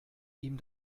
ihm